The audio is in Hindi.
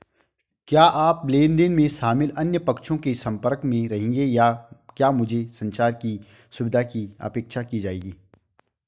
क्या आप लेन देन में शामिल अन्य पक्षों के संपर्क में रहेंगे या क्या मुझसे संचार की सुविधा की अपेक्षा की जाएगी?